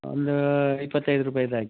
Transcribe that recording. ಒಂದು ಇಪ್ಪತ್ತೈದು ರೂಪಾಯ್ದು ಹಾಕಿ